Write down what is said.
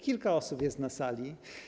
Kilka osób jest na sali.